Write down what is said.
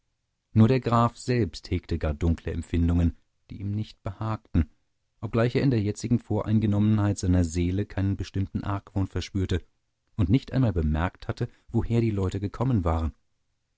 nur der graf selbst hegte gar dunkle empfindungen die ihm nicht behagten obgleich er in der jetzigen voreingenommenheit seiner seele keinen bestimmten argwohn verspürte und nicht einmal bemerkt hatte woher die leute gekommen waren